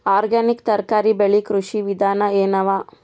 Organic ತರಕಾರಿ ಬೆಳಿ ಕೃಷಿ ವಿಧಾನ ಎನವ?